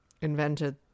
invented